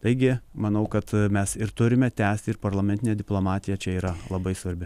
taigi manau kad mes ir turime tęsti ir parlamentinė diplomatija čia yra labai svarbi